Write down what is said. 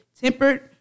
tempered